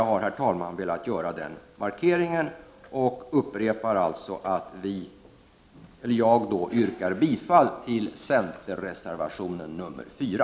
Jag har, herr talman, velat göra den markeringen och upprepar att jag yrkar bifall till centerreservationen nr 4.